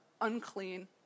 unclean